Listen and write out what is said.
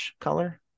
color